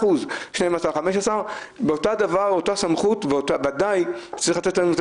ואותה סמכות בוודאי צריכה להגדיל את